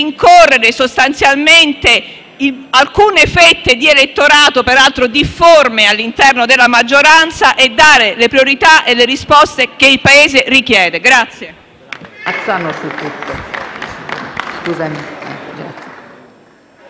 rincorrere sostanzialmente alcune fette di elettorato, peraltro difforme all'interno della maggioranza. Date invece le priorità e le risposte che il Paese richiede.